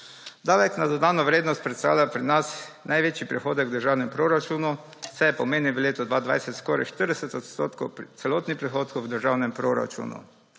Davek na dodano vrednost predstavlja pri nas največji prihodek v državnem proračunu, saj pomeni v letu 2020 skoraj 40 % celotnih prihodkov v državnem proračunu.